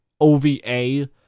OVA